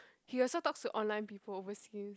he also talks to online people oversea